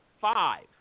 five